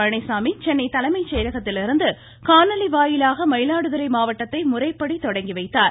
பழனிச்சாமி சென்னை தலைமைச் செயலகத்திலிருந்து காணொலி வாயிலாக மயிலாடுதுறை மாவட்டத்தை முறைப்படி தொடங்கி வைத்தார்